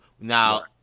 now